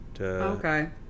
Okay